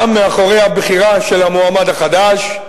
גם מאחורי הבחירה של המועמד החדש,